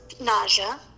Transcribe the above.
nausea